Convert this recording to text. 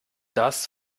das